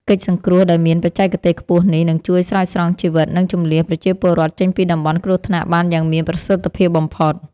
កិច្ចសង្គ្រោះដែលមានបច្ចេកទេសខ្ពស់នេះ នឹងជួយស្រោចស្រង់ជីវិត និងជម្លៀសប្រជាពលរដ្ឋចេញពីតំបន់គ្រោះថ្នាក់បានយ៉ាងមានប្រសិទ្ធភាពបំផុត។